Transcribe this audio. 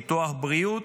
ביטוח בריאות,